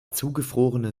zugefrorene